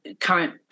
current